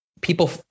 people